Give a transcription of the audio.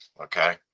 okay